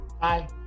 Bye